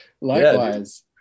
Likewise